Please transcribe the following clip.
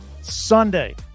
Sunday